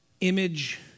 image